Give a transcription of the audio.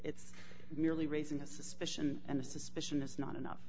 it's merely raising a suspicion and a suspicion is not enough